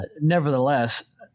Nevertheless